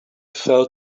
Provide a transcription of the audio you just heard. fell